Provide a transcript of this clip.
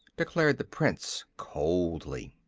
declared the prince, coldly.